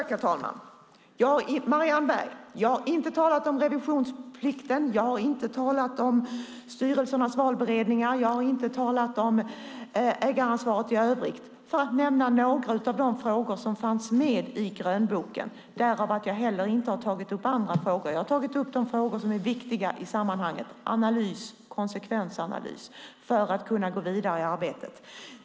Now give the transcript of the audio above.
Herr talman! Jag har inte talat om revisionsplikten, Marianne Berg, jag har inte talat om styrelsernas valberedningar, jag har inte talat om ägaransvaret i övrigt - för att nämna några av de frågor som fanns med i grönboken. Därav följer att jag inte heller har tagit upp andra frågor. Jag har tagit upp de frågor som är viktiga i sammanhanget, analys och konsekvensanalys, för att kunna gå vidare i arbetet.